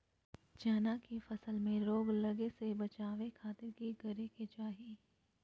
चना की फसल में रोग लगे से बचावे खातिर की करे के चाही?